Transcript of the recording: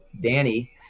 Danny –